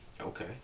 Okay